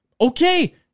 Okay